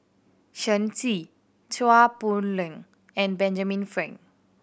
Shen Xi Chua Poh Leng and Benjamin Frank